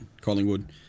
Collingwood